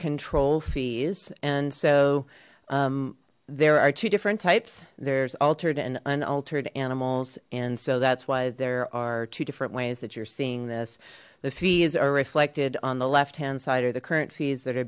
control fees and so there are two different types there's altered and unaltered animals and so that's why there are two different ways that you're seeing this the fees are reflected on the left hand side or the current fees that are